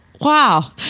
Wow